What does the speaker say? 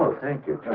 thank you.